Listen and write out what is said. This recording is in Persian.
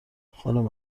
خانم